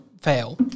fail